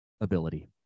ability